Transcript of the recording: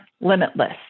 limitless